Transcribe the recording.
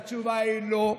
התשובה היא לא.